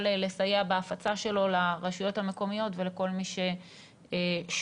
לסייע בהפצה שלו לרשויות המקומיות ולכל מי ששואל.